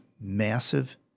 massive